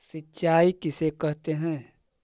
सिंचाई किसे कहते हैं?